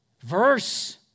verse